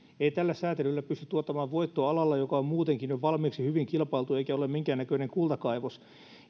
ei tällä sääntelyllä pysty tuottamaan voittoa alalla joka on muutenkin jo valmiiksi hyvin kilpailtu eikä ole minkäännäköinen kultakaivos